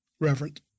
Reverend